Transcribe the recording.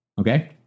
okay